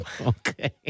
Okay